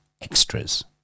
extras